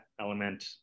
element